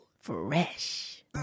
fresh